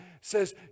says